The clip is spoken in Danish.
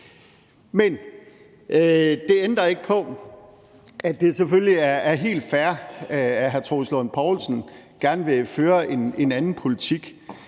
Men det ændrer ikke på, at det selvfølgelig er helt fair, at hr. Troels Lund Poulsen gerne vil føre en anden politik.